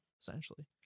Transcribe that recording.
Essentially